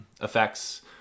effects